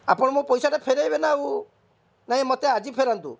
ଆପଣ ମୋ ପଇସାଟା ଫେରାଇବେ ନା ଆଉ ନାହିଁ ମୋତେ ଆଜି ଫେରାନ୍ତୁ